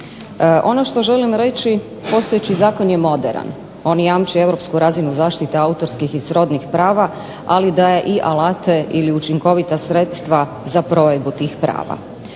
Ono što želim reći, postojeći zakon je moderan. On jamči europsku razinu zaštite autorskih i srodnih prava, ali daje i alate ili učinkovita sredstva za provedbu tih prava.